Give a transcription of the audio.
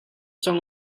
cang